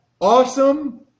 awesome